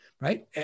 Right